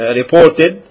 reported